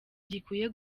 gikwiye